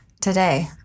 today